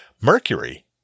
Mercury